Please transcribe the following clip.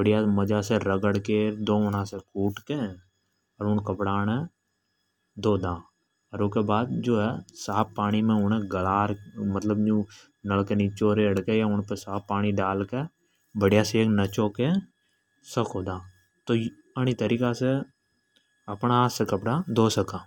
बडीआ मजा से रगड़ के। अर धोवणा से कूट के धोदा। अर ऊँके बाद साफ पाणी मे से निकाल बड़िया सेक नचो के सको दा अण तरीका से अपण हाथ से कपड़ा धो सका।